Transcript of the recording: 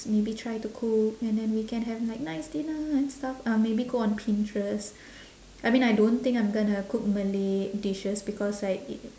maybe try to cook and then we can have like nice dinner and stuff uh maybe go on pinterest I mean I don't think I'm gonna cook malay dishes because like i~